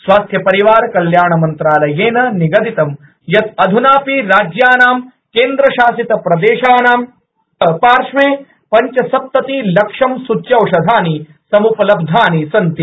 स्वास्थ्य परिवार कल्याण मंत्रालयेन निगदितं यत् अध्नापि राज्यानां केन्द्रशासितप्रदेशानां च पार्श्वे पञ्चसप्ततिलक्षं सूच्योषधानि समुपलब्धानि सन्ति